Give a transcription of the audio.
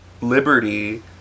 liberty